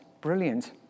Brilliant